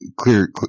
clear